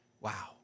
wow